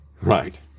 Right